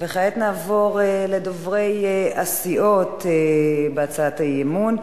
כעת נעבור לדוברי הסיעות בהצעת האי-אמון.